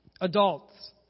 Adults